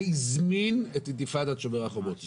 זה הזמין את אינתיפאדת שומר החומות.